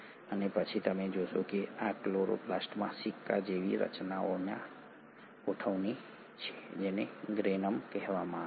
અને પછી તમે જોશો કે આ ક્લોરોપ્લાસ્ટમાં સિક્કા જેવી રચનાઓની આ ગોઠવણી છે જેને ગ્રેનમ કહેવામાં આવે છે